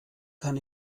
kann